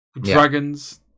Dragons